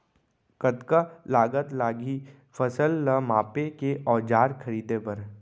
कतका लागत लागही फसल ला मापे के औज़ार खरीदे बर?